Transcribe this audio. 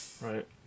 Right